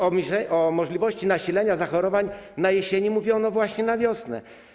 O możliwości nasilenia zachorowań na jesieni mówiono właśnie na wiosnę.